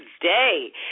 today